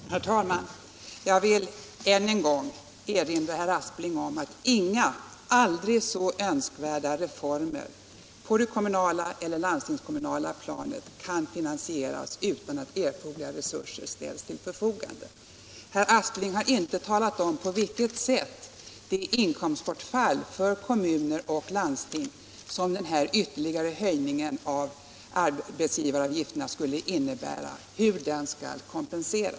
Herr talman! Jag vill än en gång erinra herr Aspling om att inga aldrig så önskvärda reformer på det kommunala eller landstingskommunala planet kan finansieras utan att erforderliga resurser ställs till förfogande. Herr Aspling har inte talat om på vilket sätt det inkomstbortfall för kommuner och landsting skall kompenseras som den ytterligare höjningen av arbetsgivaravgifterna skulle innebära.